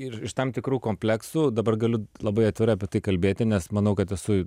ir iš tam tikrų kompleksų dabar galiu labai atvirai apie tai kalbėti nes manau kad esu